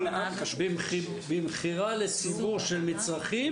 "מקום שבו עוסקים במכירה לציבור של מצרכים